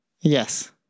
Yes